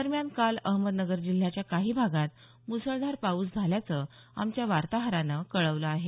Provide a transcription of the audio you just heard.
दरम्यान काल अहमदनगर जिल्ह्याच्या काही भागात मुसळधार पाऊस झाल्याचं आमच्या वार्ताहरांन कळवलं आहे